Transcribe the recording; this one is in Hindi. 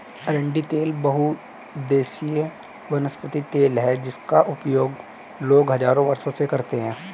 अरंडी तेल बहुउद्देशीय वनस्पति तेल है जिसका उपयोग लोग हजारों वर्षों से करते रहे हैं